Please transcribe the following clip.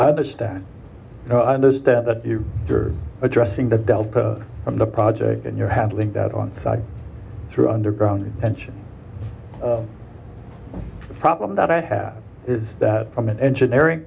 and understand i understand that you are addressing the delta from the project and you're handling that on site through underground pension the problem that i have is that from an engineering